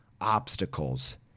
obstacles